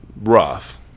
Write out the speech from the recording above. rough